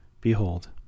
behold